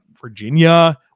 Virginia